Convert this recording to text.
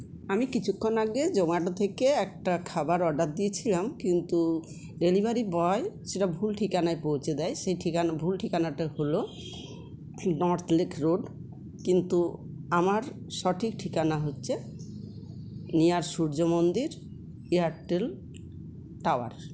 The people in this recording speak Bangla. আমি কিছুক্ষন আগে জোম্যাটো থেকে একটা খাবার অর্ডার দিয়েছিলাম কিন্তু ডেলিভারি বয় সেটা ভুল ঠিকানায় পৌঁছে দেয় সেই ঠিকানা ভুল ঠিকানাটা হল নর্থলেক রোড কিন্তু আমার সঠিক ঠিকানা হচ্ছে নিয়ার সূর্য মন্দির এয়ারটেল টাওয়ার